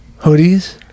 Hoodies